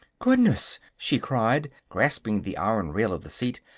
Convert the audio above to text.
goodness! she cried, grasping the iron rail of the seat.